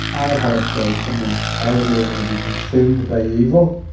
i had a choice to make. i was either gonna be consumed by evil,